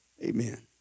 Amen